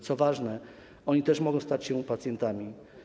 Co ważne, oni też mogą stać się pacjentami.